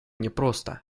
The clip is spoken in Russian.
непросто